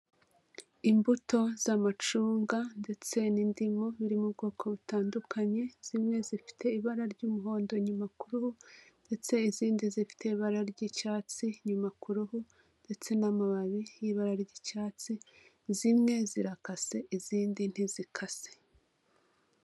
Imbuto z'amacunga ndetse n'indimu biri mu bwoko butandukanye, zimwe zifite ibara ry'umuhondo, inyuma kuru ndetse izindi zifite ibara ry'icyatsi, nyuma ku ruhande ndetse n'amababi y'ibara ry'icyatsi, zimwe zirakase izindi ntizikase.